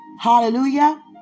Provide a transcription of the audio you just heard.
Hallelujah